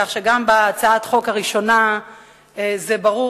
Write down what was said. כך שגם בהצעת החוק הראשונה זה ברור